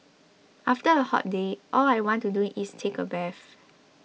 after a hot day all I want to do is take a bath